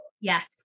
Yes